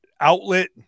outlet